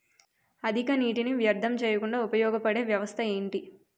అధిక నీటినీ వ్యర్థం చేయకుండా ఉపయోగ పడే వ్యవస్థ ఏంటి